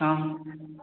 ஆ